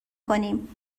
کنیم